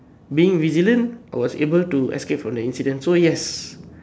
being resilient I was able to escape from the incident so yes